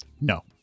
No